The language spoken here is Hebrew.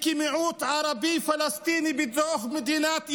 כמיעוט ערבי-פלסטיני בתוך מדינת ישראל,